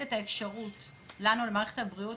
למערכת הבריאות,